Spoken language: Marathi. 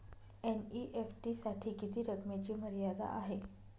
एन.ई.एफ.टी साठी किती रकमेची मर्यादा आहे?